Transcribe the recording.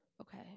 okay